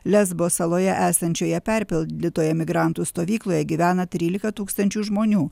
lesbo saloje esančioje perpildytoje migrantų stovykloje gyvena trylika tūkstančių žmonių